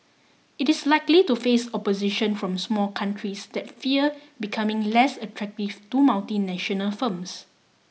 it is likely to face opposition from small countries that fear becoming less attractive to multinational firms